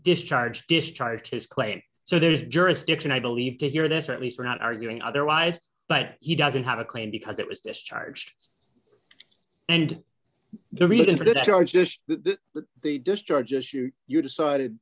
discharge discharge his claim so there is jurisdiction i believe to hear this or at least we're not arguing otherwise but he doesn't have a claim because it was discharged and the reason for the charge just the discharge issue you decided